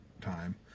time